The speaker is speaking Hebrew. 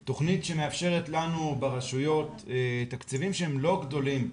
זו תוכנית שמאפשרת לנו ברשויות תקציבים שהם לא גדולים,